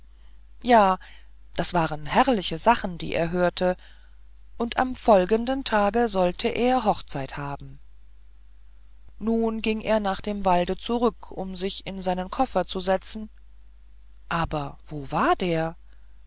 ja das waren herrliche sachen die er hörte und am folgenden tage sollte er hochzeit haben nun ging er nach dem walde zurück um sich in seinen koffer zu setzen aber wo war der